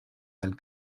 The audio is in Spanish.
del